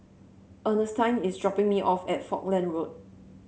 Earnestine is dropping me off at Falkland Road